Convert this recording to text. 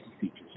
features